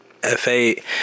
F8